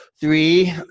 Three